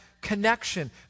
connection